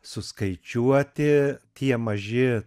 suskaičiuoti tie maži